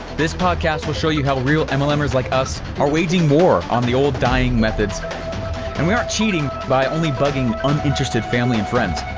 this podcast will show you how real mlmers like us are waging war on the old dying methods and we aren't cheating by only bugging uninterested family and friends.